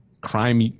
crime